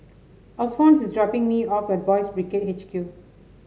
Alphons is dropping me off at Boys' Brigade H Q